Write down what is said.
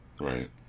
right